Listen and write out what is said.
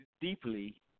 deeply